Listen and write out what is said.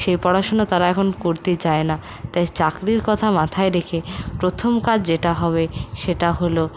সে পড়াশোনা তারা এখন করতে চায় না তাই চাকরির কথা মাথায় রেখে প্রথম কাজ যেটা হবে সেটা হল